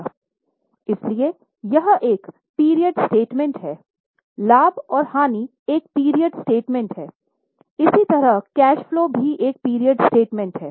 इसलिए यह एक पीरियड स्टेटमेंट है लाभ और हानि एक पीरियड स्टेटमेंट है इसी तरह कैश फलो भी एक पीरियड स्टेटमेंट है